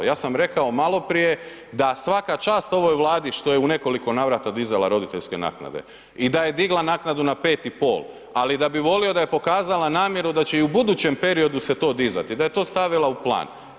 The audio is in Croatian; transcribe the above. Ja sam rekao maloprije da svaka čast ovoj Vladi što je u nekoliko navrata dizala roditeljske naknade i da je digla naknadu na 5 i pol, ali da bi volio da je pokazala namjeru da će i u budućem periodu se to dizati i da je to stavila u plan.